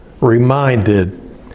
reminded